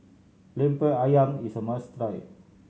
Lemper Ayam is a must try